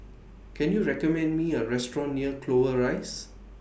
Can YOU recommend Me A Restaurant near Clover Rise